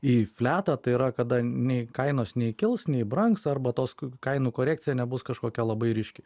į fliatą tai yra kada nei kainos nei kils nei brangs arba tos ku kainų korekcija nebus kažkokia labai ryški